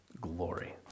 glory